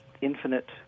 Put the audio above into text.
infinite